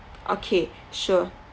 okay sure